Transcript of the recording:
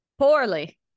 poorly